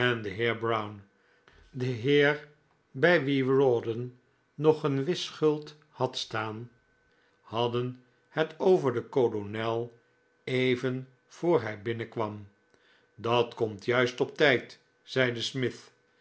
brown de heer bij wien rawdon nog een whistschuld had staan hadden het over den kolonel even voor hij binnenkwam dat komt juist op tijd zeide smith